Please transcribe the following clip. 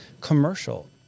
commercial